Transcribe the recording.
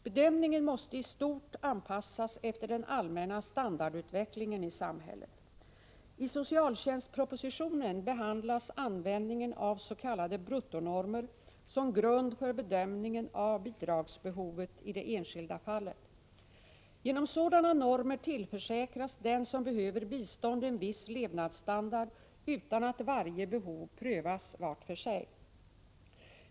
Bedömningen måste i stort anpassas efter den allmänna standardutvecklingen i samhället. I socialtjänstpropositionen behandlas användningen av s.k. bruttonormer som grund för bedömningen av bidragsbehovet i det enskilda fallet. Genom sådana normer tillförsäkras den som behöver bistånd en viss levnadsstandard utan att varje behov prövas vart för sig.